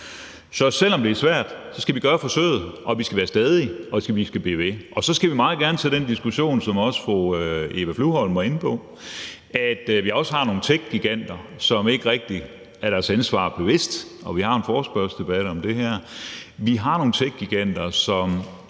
Så selv om det er svært, skal vi gøre forsøget, og vi skal være stædige, og vi skal blive ved, og så skal vi meget gerne tage den diskussion, som også fru Eva Flyvholm var inde på, nemlig at vi også har nogle tech-giganter, som ikke rigtig er deres ansvar bevidst – vi har også en forespørgselsdebat om det her – og som